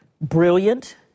brilliant